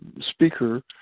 speaker